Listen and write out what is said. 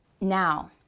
now